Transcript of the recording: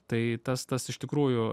tai tas tas iš tikrųjų